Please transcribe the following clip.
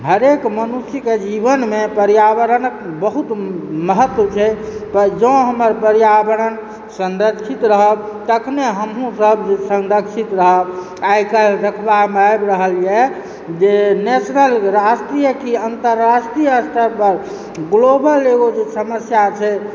हरेक मनुष्यकऽ जीवनमे पर्यावरणक बहुत महत्व छै जँ हमर पर्यावरण संरक्षित रहत तखने हमहुँ सभ जे संरक्षित रहब आइ काल्हि देखबामऽ आबि रहल यऽ जे नेशनल राष्ट्रीय की अन्तराष्ट्रीय स्तर पर ग्लोबल एगो जे समस्या छै